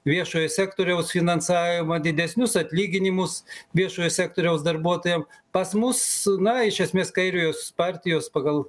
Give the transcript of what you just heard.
viešojo sektoriaus finansavimą didesnius atlyginimus viešojo sektoriaus darbuotojam pas mus na iš esmės kairiojos partijos pagal